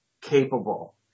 capable